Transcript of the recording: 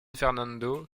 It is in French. fernando